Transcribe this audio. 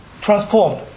transformed